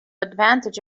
advantage